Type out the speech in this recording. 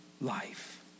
life